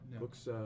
Looks